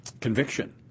conviction